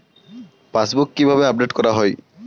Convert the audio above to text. Passbook কিভাবে update করা হয়?